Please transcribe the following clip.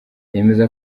yemeza